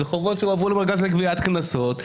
אלה חובות שהועברו למרכז לגביית קנסות.